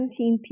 17P